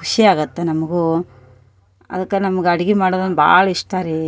ಖುಷಿಯಾಗತ್ತ ನಮಗೂ ಅದಕ್ಕ ನಮ್ಗ ಅಡಿಗಿ ಮಾಡೋದಂದರ ಭಾಳ್ ಇಷ್ಟ ರೀ